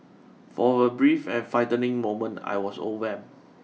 for a brief and frightening moment I was overwhelmed